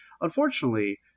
Unfortunately